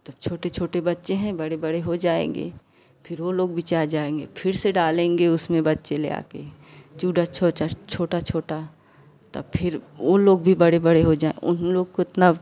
तब छोटे छोटे बच्चे हैं बड़े बड़े हो जाएंगे फिर वो लोग बिचा जाएंगे फिर से डालेंगे उसमें बच्चे ले आके चूडा छोसा छोटा छोटा तब फिर वो लोग भी बड़े बड़े हो जाए ऊ लोग को इतना